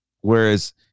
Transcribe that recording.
Whereas